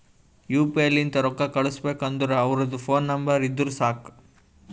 you P I ಲಿಂತ್ ರೊಕ್ಕಾ ಕಳುಸ್ಬೇಕ್ ಅಂದುರ್ ಅವ್ರದ್ ಫೋನ್ ನಂಬರ್ ಇದ್ದುರ್ ಸಾಕ್